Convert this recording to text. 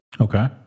Okay